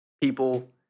people